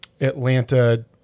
Atlanta